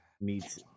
meets